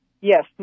Yes